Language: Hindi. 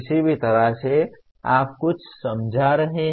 किसी भी तरह से आप कुछ समझा रहे हैं